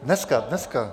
Dneska, dneska.